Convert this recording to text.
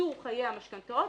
קיצור חיי המשכנתאות,